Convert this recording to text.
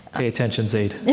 pay attention, zayd, and